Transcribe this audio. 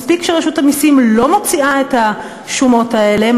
מספיק שרשות המסים לא מוציאה את השומות האלה,